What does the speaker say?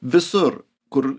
visur kur